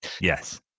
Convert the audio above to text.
Yes